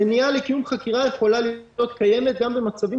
מניעה לקיום חקירה יכולה להיות קיימת גם במצבים